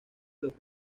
los